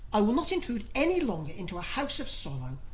i will not intrude any longer into a house of sorrow.